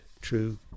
True